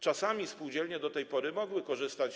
Czasami spółdzielnie do tej pory mogły z tego korzystać.